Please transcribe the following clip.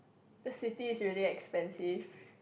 this city is really expensive